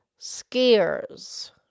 skiers